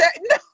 No